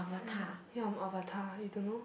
ya ya I'm avatar you don't know